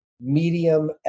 medium